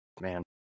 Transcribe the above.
man